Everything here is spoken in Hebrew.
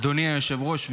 אדוני היושב-ראש,